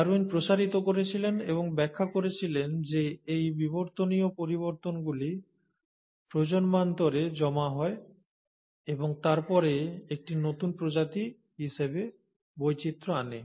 Darwin প্রসারিত করেছিলেন এবং ব্যাখ্যা করেছিলেন যে এই বিবর্তনীয় পরিবর্তনগুলি প্রজন্মান্তরে জমা হয় এবং তারপরে একটি নতুন প্রজাতি হিসেবে বৈচিত্র্য আনে